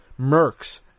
Mercs